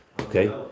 Okay